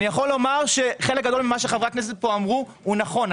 אני יכול לומר שחלק גדול ממה שחברי הכנסת פה אמרו הוא נכון.